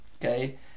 okay